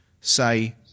say